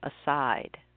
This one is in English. aside